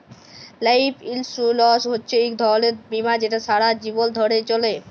life insurance হছে ইক ধরলের বীমা যেট সারা জীবল ধ্যরে চলে